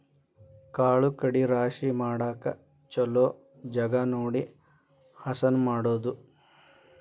ಕಾಳು ಕಡಿ ರಾಶಿ ಮಾಡಾಕ ಚುಲೊ ಜಗಾ ನೋಡಿ ಹಸನ ಮಾಡುದು